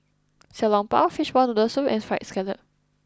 Xiao Long Bao Fishball Noodle Soup and Fried Scallop